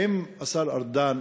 האם השר ארדן,